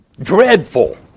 dreadful